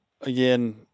Again